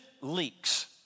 leaks